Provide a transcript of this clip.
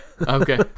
okay